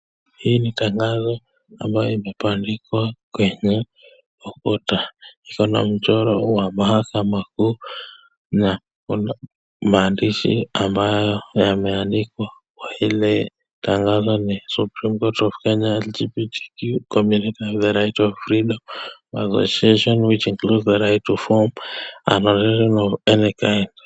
Hii ni tangazo ambayo imebandikwa kwenye ukuta iko na mchoro huu wa mahakama kuu na maandishi ambayo yameandikwa kwa ile tangazo ni supreme court of Kenya LGBTQ community and the right of freedom of association which includes the right to form an association of any kind .